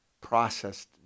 processed